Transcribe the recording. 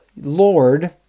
Lord